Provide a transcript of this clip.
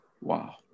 Wow